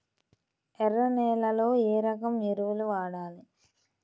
ఎర్ర నేలలో ఏ రకం ఎరువులు వాడాలి?